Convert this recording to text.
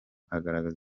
agaragaza